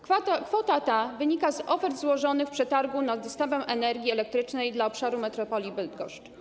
Kwota ta wynika z ofert złożonych w przetargu na dostawę energii elektrycznej dla obszaru metropolii Bydgoszcz.